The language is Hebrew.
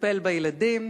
לטפל בילדים,